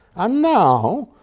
um now,